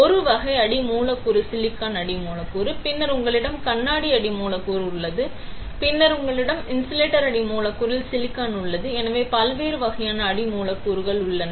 ஒரு வகை அடி மூலக்கூறு சிலிக்கான் அடி மூலக்கூறு பின்னர் உங்களிடம் கண்ணாடி அடி மூலக்கூறு உள்ளது பின்னர் உங்களிடம் இன்சுலேட்டர் அடி மூலக்கூறில் சிலிக்கான் உள்ளது எனவே பல்வேறு வகையான அடி மூலக்கூறுகள் உள்ளன